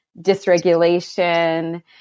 dysregulation